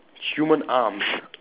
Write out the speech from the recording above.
human arms